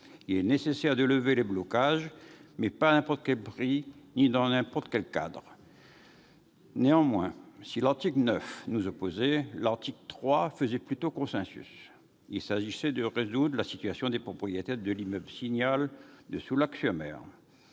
Il est nécessaire de lever les blocages, mais pas à n'importe quel prix ni dans n'importe quel cadre. Néanmoins, si l'article 9 nous opposait, l'article 3 faisait plutôt consensus : il s'agissait de résoudre la situation des propriétaires de l'immeuble Le Signal à Soulac-sur-Mer.